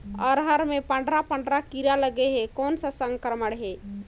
अरहर मे पंडरा पंडरा कीरा लगे हे कौन सा संक्रमण हे?